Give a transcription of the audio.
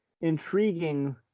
intriguing